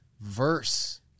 verse